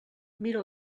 mira